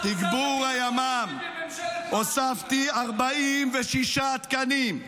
תגבור הימ"מ, תגבור הימ"מ, הוספתי 46 תקנים.